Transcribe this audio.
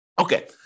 Okay